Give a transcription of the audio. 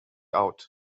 out